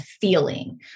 feeling